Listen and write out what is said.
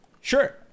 Sure